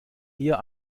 eher